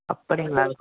அப்படிங்களா